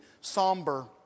somber